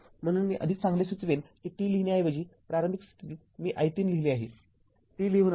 म्हणून मी अधिक चांगले सुचवेन कि t लिहिण्याऐवजी प्रारंभिक स्थितीत मी i३ लिहिले आहे t लिहू नका